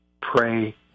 Pray